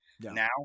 now